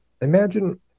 imagine